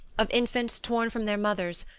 of infants torn from their mothers,